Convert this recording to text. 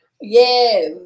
Yes